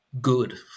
good